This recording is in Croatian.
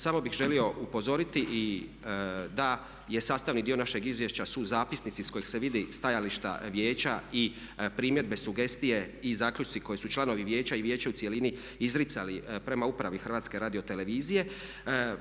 Samo bih želio upozoriti i da je sastavni dio našeg izvješća su zapisnici s kojeg se vidi stajališta vijeća i primjedbe, sugestije i zaključci koje su članovi vijeća i vijeće u cjelini izricali prema upravi HRT-a.